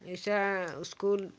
ऐसा स्कूल